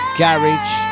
garage